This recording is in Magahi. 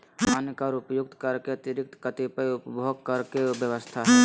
अन्य कर उपर्युक्त कर के अतिरिक्त कतिपय उपभोग कर के व्यवस्था ह